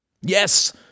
Yes